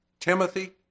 Timothy